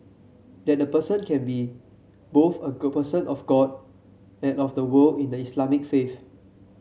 that a person can be both a person of God and of the world in the Islamic faith